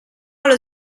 allo